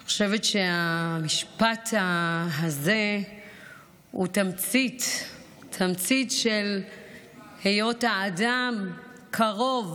אני חושבת שהמשפט הזה הוא תמצית של היות האדם קרוב